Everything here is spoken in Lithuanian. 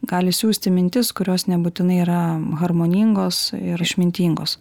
gali siųsti mintis kurios nebūtinai yra harmoningos ir išmintingos